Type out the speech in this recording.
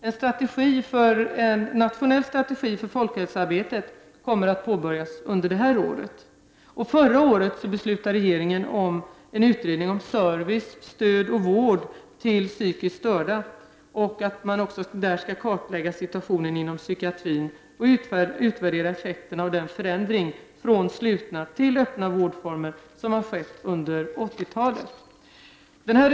En nationell strategi för folkhälsoarbetet kommer att påbörjas under det här året. Förra året beslutade regeringen att utreda service, stöd och vård till psykiskt störda. Samtidigt skulle situationen inom psykiatrin undersökas. En utvärdering av effekten av ändringen från slutna till öppna vårdformer under 80-talet skulle också göras.